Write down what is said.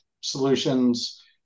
solutions